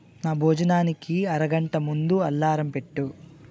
నా భోజనానికి అరగంట ముందు అలారం పెట్టు